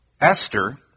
Esther